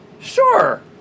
sure